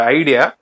idea